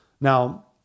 Now